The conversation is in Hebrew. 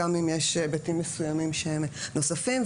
גם אם יש היבטים מסוימים שהם נוספים.